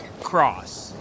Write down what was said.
cross